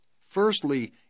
Firstly